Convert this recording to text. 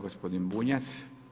Gospodin Bunjac.